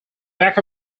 back